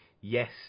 Yes